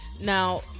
Now